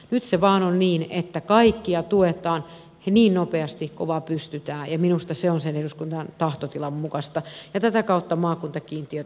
nyt se vain on niin että kaikkia tuetaan ja niin nopeasti kuin vain pystytään ja minusta se on eduskunnan tahtotilan mukaista ja tätä kautta maakuntakiintiöt on nyt poistettu